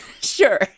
Sure